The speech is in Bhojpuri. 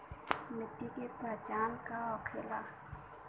मिट्टी के पहचान का होखे ला?